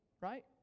right